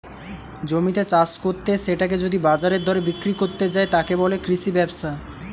জমিতে চাষ কত্তে সেটাকে যদি বাজারের দরে বিক্রি কত্তে যায়, তাকে বলে কৃষি ব্যবসা